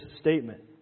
statement